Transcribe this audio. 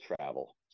travel